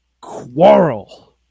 Quarrel